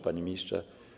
Panie Ministrze!